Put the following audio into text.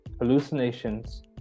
hallucinations